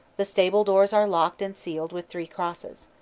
the stable doors are locked and sealed with three crosses.